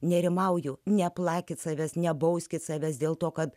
nerimauju neplakit savęs nebauskit savęs dėl to kad